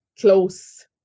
close